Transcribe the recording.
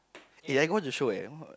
eh I got watch the show eh what